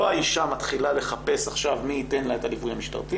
לא האישה מתחילה לחפש עכשיו מי ייתן לה את הליווי המשטרתי